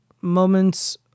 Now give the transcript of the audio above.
moment's